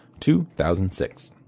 2006